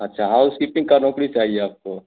अच्छा housekeeping का नौकरी चाहिए आपको